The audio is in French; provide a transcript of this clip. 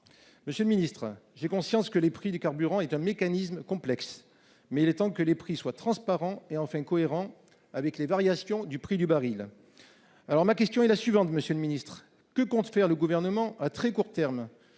Monsieur le ministre, j'ai conscience que le prix des carburants est un mécanisme complexe. Il est temps cependant que les prix soient transparents et enfin cohérents avec les variations du prix du baril. Ma question est donc la suivante : que compte faire le Gouvernement, à très court terme,